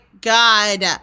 god